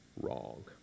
wrong